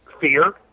fear